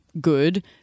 good